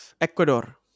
Ecuador